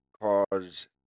cause